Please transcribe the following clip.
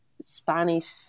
Spanish